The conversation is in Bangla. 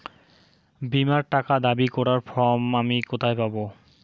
বীমার টাকা দাবি করার ফর্ম আমি কোথায় পাব?